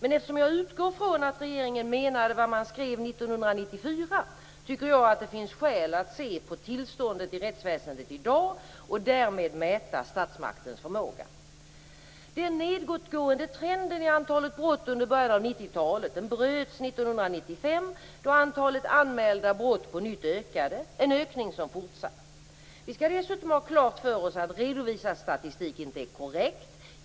Eftersom jag utgår från att regeringen menade vad den skrev 1994 tycker att det finns skäl att se på tillståndet i rättsväsendet i dag och därmed mäta statsmaktens förmåga. Den nedåtgående trenden i antalet brott under början av 90-talet bröts 1995 då antalet anmälda brott på nytt ökade, och det är en ökning som fortsatt. Vi skall dessutom ha klart för oss att redovisad statistik inte är korrekt.